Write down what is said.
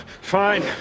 Fine